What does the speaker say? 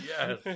Yes